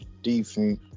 defense